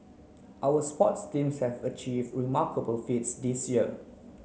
our sports teams has achieve remarkable feats this year